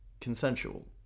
consensual